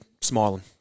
smiling